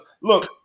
look